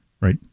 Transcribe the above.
Right